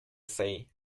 say